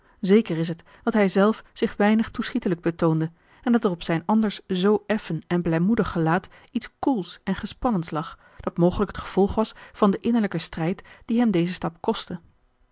zeker is het dat hij zelf zich weinig toeschietelijk betoonde en dat er op zijn anders zoo effen en blijmoedig gelaat iets koels en gespannens lag dat mogelijk het gevolg was van den innerlijken strijd dien hem deze stap kostte